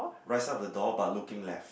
right side of the door but looking left